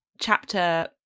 chapter